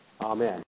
Amen